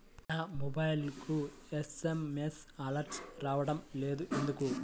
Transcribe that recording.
నా మొబైల్కు SMS alerts రావడం లేదు ఎందుకు?